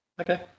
Okay